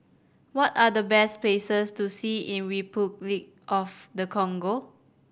what are the best places to see in Repuclic of the Congo